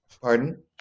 Pardon